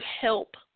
help